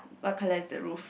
what color is the roof